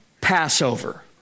Passover